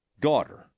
daughter